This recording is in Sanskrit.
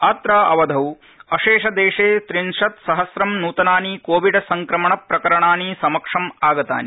अत्र अवधौ अशेष देशे त्रिंशत् सहस्रं नृतनानि कोविड़ संक्रमण प्रकरणानि समक्षम आगतानि